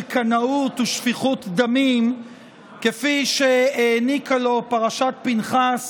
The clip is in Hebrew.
קנאות ושפיכות דמים כפי שהעניקה לו פרשת פינחס